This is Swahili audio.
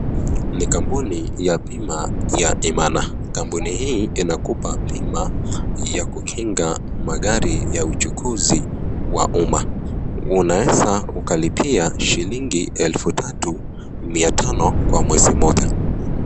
Ni kampuni ya bima ya imana, kampuni hii yanakupa bima ya kukinga gari ya uchukuzi wa umma, unaweza ukalipia shilingi elfu tatu mia tano, kwa mwezi moja.